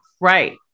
Right